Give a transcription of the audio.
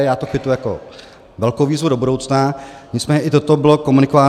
Já to kvituji jako velkou výzvu do budoucna, nicméně i toto bylo komunikováno.